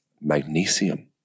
magnesium